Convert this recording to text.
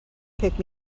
pick